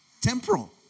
temporal